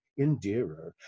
endearer